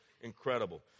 incredible